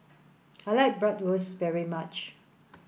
I like Bratwurst very much